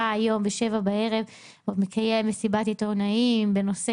היום ב-19:00 בערב מקיים מסיבת עיתונאים בנושא